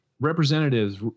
representatives